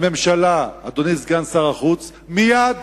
לממשלה, אדוני סגן שר החוץ, היא מייד